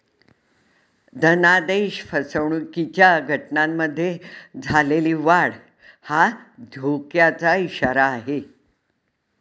धनादेश फसवणुकीच्या घटनांमध्ये झालेली वाढ हा धोक्याचा इशारा आहे